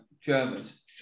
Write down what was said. Germans